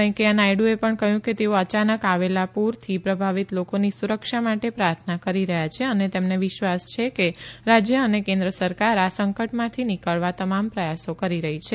વેકૈંયા નાયડુએ પણ કહ્યું કે તેઓ અયાનક આવેલા પૂરથી પ્રભાવિત લોકોની સુરક્ષા માટે પ્રાર્થના કરી રહ્યા છે અને તેમને વિશ્વાસ છે કે રાજ્ય અને કેન્દ્ર સરકાર આ સંકટમાંથી નીકળવા તમામ પ્રયાસો કરી રહી છે